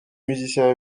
musiciens